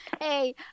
Hey